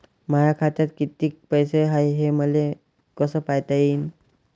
माया खात्यात कितीक पैसे हाय, हे मले कस पायता येईन?